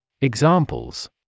Examples